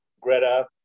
Greta